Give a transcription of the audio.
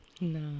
No